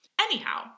Anyhow